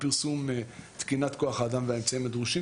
לפרסום תקינת כוח האדם והאמצעים הדרושים.